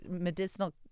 medicinal